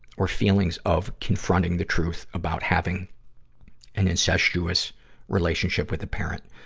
or feelings of confronting the truth about having an incestuous relationship with a parent.